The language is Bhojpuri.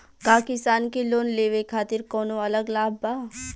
का किसान के लोन लेवे खातिर कौनो अलग लाभ बा?